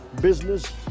business